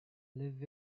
live